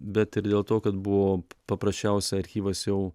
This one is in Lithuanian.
bet ir dėl to kad buvo paprasčiausia archyvas jau